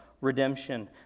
redemption